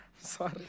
Sorry